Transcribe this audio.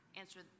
answer